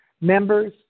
members